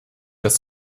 dass